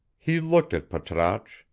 he looked at patrasche,